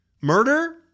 murder